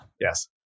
Yes